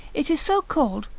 it is so called,